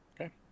okay